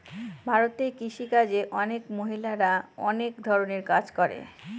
ভারতে কৃষি কাজে অনেক মহিলারা অনেক ধরনের কাজ করে